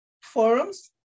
forums